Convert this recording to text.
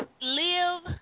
live